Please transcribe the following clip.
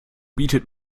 bietet